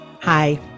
hi